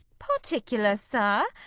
particular, sir!